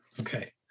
Okay